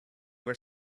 were